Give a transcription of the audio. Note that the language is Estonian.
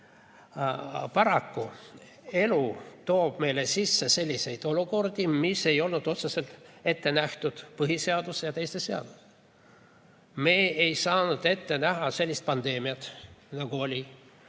Paraku elu toob meile sisse selliseid olukordi, mis ei ole otseselt ette nähtud põhiseaduse ja teiste seadustega. Me ei saanud ette näha sellist pandeemiat, nagu oli,